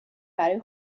برای